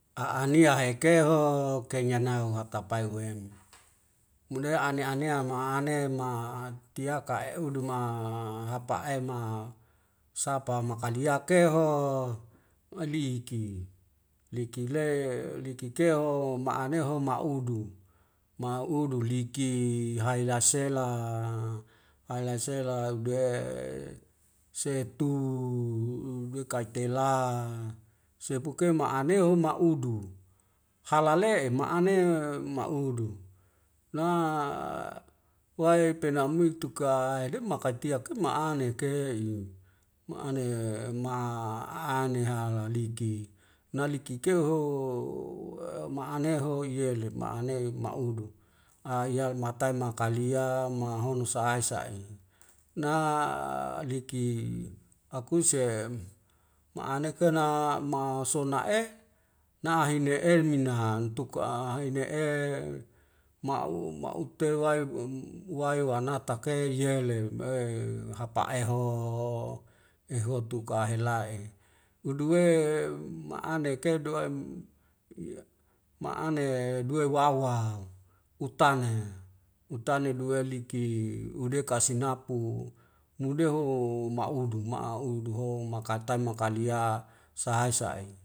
A'a nia hekeho keinya nao o hakapae wem mune ane anea ma anea ma tiaka e'udu ma hapa'e ma sapa makaliake ho aliki liki le like keu o ma'ane hom ma'udu ma'udu liki hae la sela hae lasela duwe seitu duwaik katela sepuke ma'aneum ma'udu halale ma'aneum ma'udu la wae penu muik tuka liap makatiak ma'ane ke im. ma'ane ma'ane hal liki na liki keuho wa ma'ane hu'yele ma'ane ma'udu. a yau matain mangkali a ma hono sa'ai sa'i na liki akuse ma'aneka na masona'e nahine'e minnahantuku'a a hina'e ma u ma u tewaim um wae wana take yelem e hapa'e ho eho tuk'ahelahe udu we ma'ane keduwaem ie ma'ane duwe wawa utana utane luwe liki udekasinapu mudeho ma'udu ma a'audu ho makatan na kaliaya sa'e sa'e